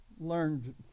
learned